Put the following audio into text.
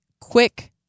quick